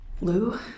Lou